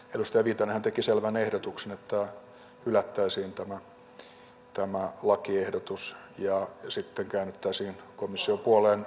edustaja viitanenhan teki selvän ehdotuksen että hylättäisiin tämä lakiehdotus ja sitten käännyttäisiin komission puoleen